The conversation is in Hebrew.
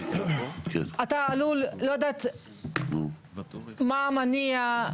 אתה עלול, לא יודעת מה המניע,